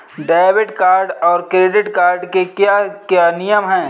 Debit card और credit card के क्या क्या नियम हैं?